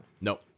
No